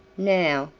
now,